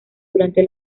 durante